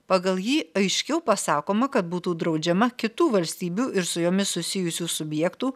pagal jį aiškiau pasakoma kad būtų draudžiama kitų valstybių ir su jomis susijusių subjektų